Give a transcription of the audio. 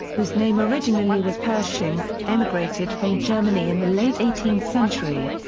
whose name originally was persching, emigrated from germany in the late eighteenth century.